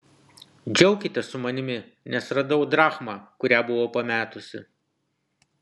džiaukitės su manimi nes radau drachmą kurią buvau pametusi